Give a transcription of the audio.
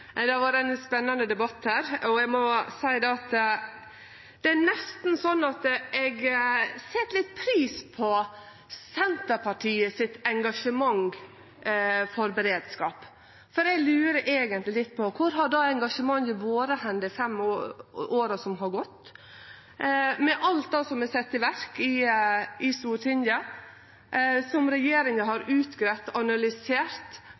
må seie det nesten er slik at eg set pris på Senterpartiet sitt engasjement for beredskap. Eg lurer eigentleg litt på: Kor har det engasjementet vore dei fem åra som har gått? Med alt det som er sett i verk i Stortinget, som regjeringa har greidd ut, analysert